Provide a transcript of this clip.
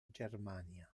germania